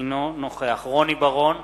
אינו נוכח רוני בר-און,